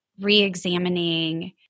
re-examining